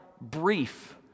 brief